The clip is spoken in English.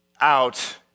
out